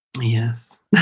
yes